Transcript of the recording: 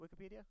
Wikipedia